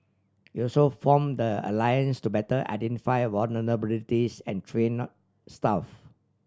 it also form the alliance to better identify vulnerabilities and train staff